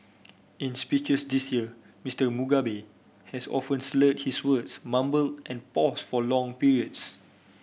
in speeches this year Mister Mugabe has often slurred his words mumbled and paused for long periods